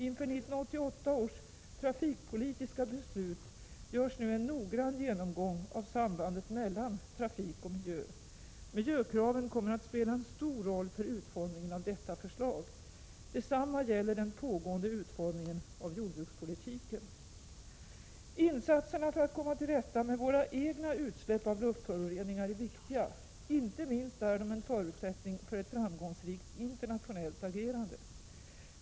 Inför 1988 års trafikpolitiska beslut görs nu en noggrann genomgång av sambandet mellan trafik och miljö. Miljökraven kommer att spela en stor roll för utformningen av detta förslag. Detsamma gäller den pågående utformningen av jordbrukspolitiken. Insatserna för att komma till rätta med våra egna utsläpp av luftföroreningar är viktiga. Inte minst är de en förutsättning för ett framgångsrikt internationellt agerande.